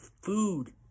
food